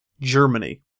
Germany